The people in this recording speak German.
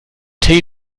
tee